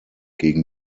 gegen